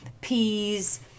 peas